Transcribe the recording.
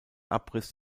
abriss